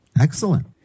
Excellent